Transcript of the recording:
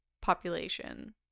population